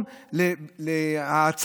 ואני מבין שלא כולם,